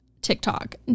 TikTok